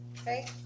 Okay